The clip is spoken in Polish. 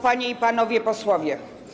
Panie i Panowie Posłowie!